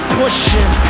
pushing